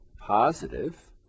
positive